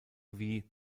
wie